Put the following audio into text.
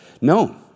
No